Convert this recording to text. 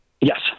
Yes